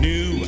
New